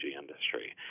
industry